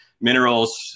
minerals